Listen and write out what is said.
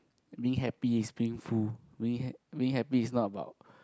me happy is being full me ha~ me happy is not about